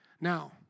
Now